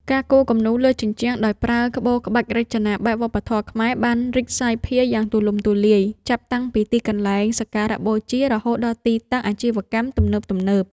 ការគូរគំនូរលើជញ្ជាំងដោយប្រើក្បូរក្បាច់រចនាបែបវប្បធម៌ខ្មែរ បានរីកសាយភាយយ៉ាងទូលំទូលាយ ចាប់តាំងពីទីកន្លែងសក្ការៈបូជារហូតដល់ទីតាំងអាជីវកម្មទំនើបៗ។